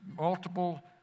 Multiple